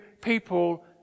people